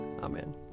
Amen